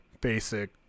basic